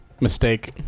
mistake